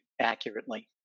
accurately